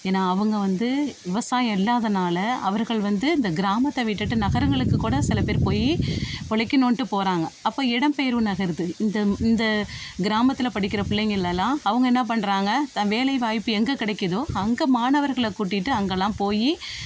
ஏன்னா அவங்க வந்து விவசாயம் இல்லாதனால் அவர்கள் வந்து இந்த கிராமத்தை விட்டுட்டு நகரங்களுக்கு கூட சில பேர் போய் பொழைக்கணுன்ட்டு போகிறாங்க அப்போ இடம் பெயர்வு நகருது இந்த இந்த கிராமத்தில் படிக்கின்ற பிள்ளைங்களெல்லாம் அவங்க என்ன பண்ணுறாங்க வேலை வாய்ப்பு எங்கே கிடைக்கிதோ அங்கே மாணவர்களை கூட்டிகிட்டு அங்கேலாம் போய்